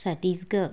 Chhattisgarh